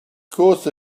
course